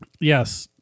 Yes